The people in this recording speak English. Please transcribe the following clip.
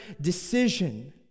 decision